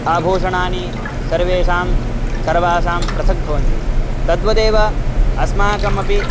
आभूषणानि सर्वेषां सर्वासां पृथक् भवन्ति तद्वदेव अस्माकमपि